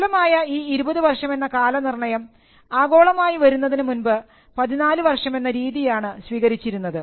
പ്രബലമായ ഈ 20 വർഷം എന്ന കാലനിർണ്ണയം ആഗോളമായി വരുന്നതിനു മുൻപ് 14 വർഷം എന്ന രീതിയാണ് സ്വീകരിച്ചിരുന്നത്